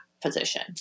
position